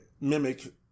mimic